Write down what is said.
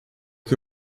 que